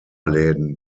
läden